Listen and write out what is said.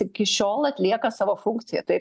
iki šiol atlieka savo funkciją tai yra